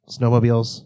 Snowmobiles